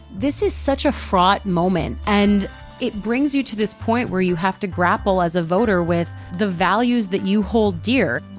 this is such a fraught moment. and it brings you to this point where you have to grapple as a voter with the values that you hold dear.